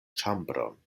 ĉambron